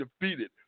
defeated